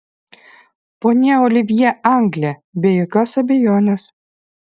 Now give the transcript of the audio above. ponia olivjė anglė be jokios abejonės